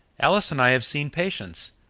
alice and i have seen patience,